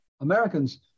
Americans